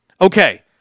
Okay